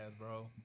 bro